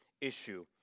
issue